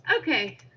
Okay